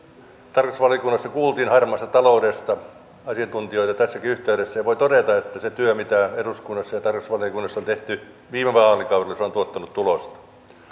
tarkastusvaliokunnassa kuultiin harmaasta taloudesta asiantuntijoita tässäkin yhteydessä ja voin todeta että se työ mitä eduskunnassa ja tarkastusvaliokunnassa on tehty viime vaalikaudella on tuottanut tulosta